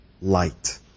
light